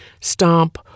stomp